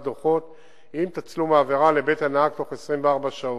דוחות עם תצלום העבירה לבית הנהג בתוך 24 שעות.